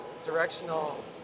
Directional